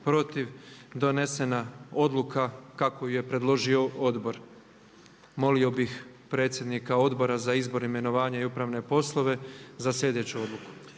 protiv donesena odluka kako ju je predložio Odbor. Molio bih predsjednika Odbora za izbor, imenovanje i upravne poslove za sljedeću odluku.